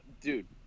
dude